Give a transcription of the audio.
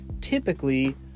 typically